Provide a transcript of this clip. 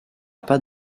pas